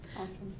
Awesome